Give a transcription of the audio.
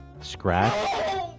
Scratch